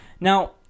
Now